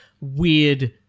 weird